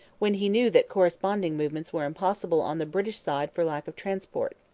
when he knew that corresponding movements were impossible on the british side for lack of transport.